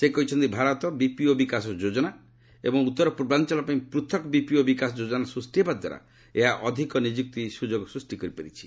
ସେ କହିଛନ୍ତି ଭାରତ ବିପିଓ ବିକାଶ ଯୋଜନା ଏବଂ ଉତ୍ତର ପୂର୍ବାଞ୍ଚଳ ପାଇଁ ପୃଥକ୍ ବିପିଓ ବିକାଶ ଯୋଜନା ସୃଷ୍ଟି ହେବା ଦ୍ୱାରା ଏହା ଅଧିକ ନିଯୁକ୍ତି ସୁଯୋଗ ସୃଷ୍ଟି କରିପାରିଛି